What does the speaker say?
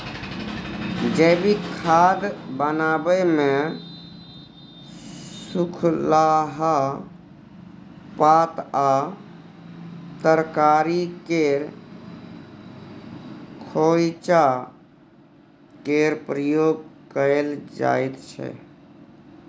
जैबिक खाद बनाबै मे सुखलाहा पात आ तरकारी केर खोंइचा केर प्रयोग कएल जाइत छै